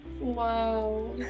Wow